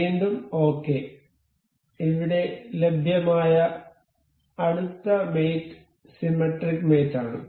വീണ്ടും ഓകെ ഇവിടെ ലഭ്യമായ അടുത്ത മേറ്റ് സിമെട്രിക് മേറ്റ് ആണ്